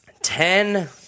Ten